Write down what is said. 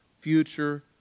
future